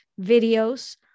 videos